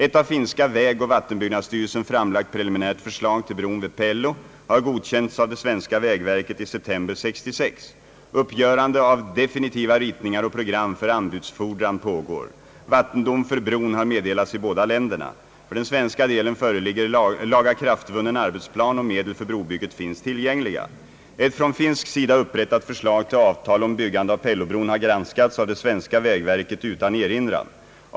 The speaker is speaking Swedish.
Ett av finska vägoch vattenbyggnadsstyrelsen framlagt preliminärt förslag till bron vid Pello har godkänts av det svenska vägverket i september 1966. Uppgörande av definitiva ritningar och program för anbudsinfordran pågår. Vattendom för bron har meddelats i båda länderna. För den svenska delen föreligger lagakraftvunnen arbetsplan, och medel för brobygget finns tillgängliga. Ett från finsk sida upprättat förslag till avtal om byggande av Pellobron har granskats av det svenska vägverket utan erinran.